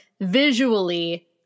visually